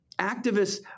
Activists